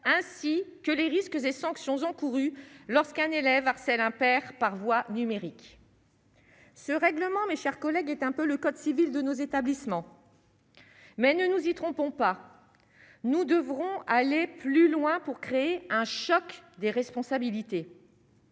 ainsi que les risques des sanctions encourues lorsqu'un élève harcèle un père par voie numérique. Ce règlement, mes chers collègues, est un peu le Code civil de nos établissements, mais ne nous y trompons pas, nous devrons aller plus loin pour créer un choc des responsabilités.